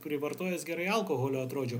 privartojęs gerai alkoholio atrodžiau